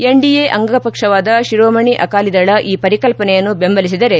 NDA ಅಂಗಪಕ್ಷವಾದ ಶಿರೋಮಣಿ ಅಕಾಲಿದಳ ಈ ಪರಿಕಲ್ಪನೆಯನ್ನು ಬೆಂಬಸಲಿಸಿದರೆ